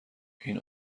این